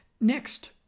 Next